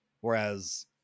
Whereas